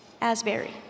Asbury